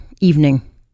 evening